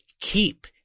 keep